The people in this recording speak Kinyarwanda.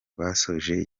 basoje